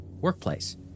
workplace